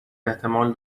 احتمال